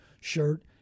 shirt